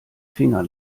finger